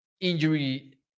injury